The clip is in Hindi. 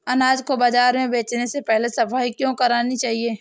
अनाज को बाजार में बेचने से पहले सफाई क्यो करानी चाहिए?